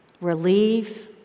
Relief